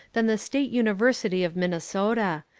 than the state university of minnesota,